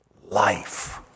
life